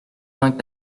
vingt